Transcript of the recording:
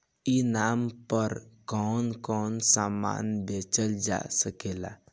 ई नाम पर कौन कौन समान बेचल जा सकेला?